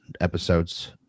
episodes